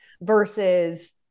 versus